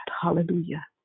Hallelujah